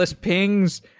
pings